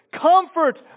comfort